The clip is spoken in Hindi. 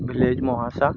विलेज मोहासा